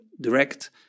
direct